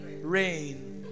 Rain